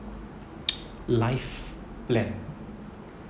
life plan